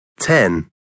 ten